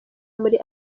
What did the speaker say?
muri